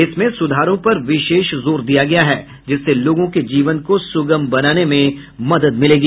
इसमें सुधारों पर विशेष जोर दिया गया है जिससे लोगों के जीवन को सुगम बनाने में मदद मिलेगी